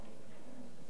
שבעה חודשים,